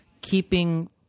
keeping